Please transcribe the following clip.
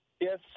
Yes